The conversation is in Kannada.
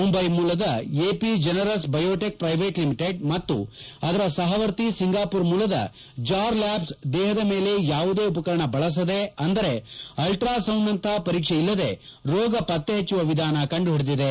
ಮುಂಬೈ ಮೂಲದ ಎಪಿಜೆನೆರೆಸ್ ಬಯೋಟೆಕ್ ಪ್ರೈವೇಟ್ ಲಿಮಿಟೆಡ್ ಮತ್ತು ಅದರ ಸಹವರ್ತಿ ಸಿಂಗಾಪುರ ಮೂಲದ ಜಾರ್ ಲ್ಲಾಬ್ಲೆ ದೇಹದ ಮೇಲೆ ಯಾವುದೇ ಉಪಕರಣ ಬಳಸದೇ ಅಂದರೆ ಅಲ್ಲಾಸೌಂಡ್ ನಂತಹ ಪರೀಕ್ಷೆ ಇಲ್ಲದೇ ರೋಗ ಪತ್ತೆ ಹಚ್ಚುವ ವಿಧಾನ ಕಂಡು ಹಿಡಿದಿದೆ